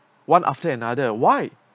one after another why